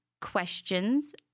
questions